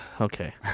Okay